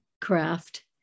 craft